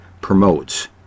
promotes